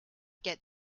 get